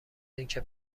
اینکه